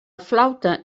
flauta